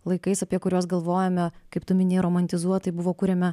laikais apie kuriuos galvojame kaip tu minėjai romantizuotai buvo kuriame